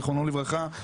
זכרונו לברכה.